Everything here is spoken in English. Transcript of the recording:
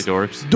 Dorks